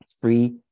free